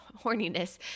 horniness